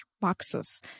boxes